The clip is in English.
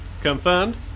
Confirmed